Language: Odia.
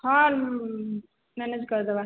ହଁ ମେନେଜ୍ କରିଦେବା